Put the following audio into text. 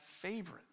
favorite